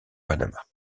panama